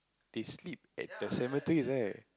they sleep at the cemetery right